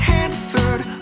Hanford